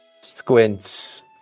squints